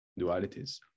dualities